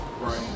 Right